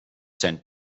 sent